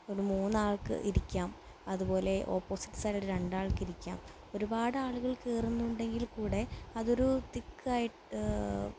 ഒരു മൂന്നാൾക്ക് ഇരിക്കാം അതുപോലെ ഓപ്പോസിറ്റ് സൈഡിൽ രണ്ടാൾക്ക് ഇരിക്കാം ഒരുപാട് ആളുകൾ കയറുന്നുണ്ടെങ്കിൽക്കൂടി അതൊരു തിക്കായിട്ട്